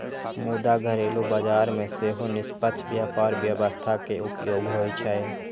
मुदा घरेलू बाजार मे सेहो निष्पक्ष व्यापार व्यवस्था के उपयोग होइ छै